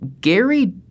Gary